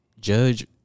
judge